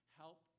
help